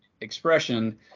expression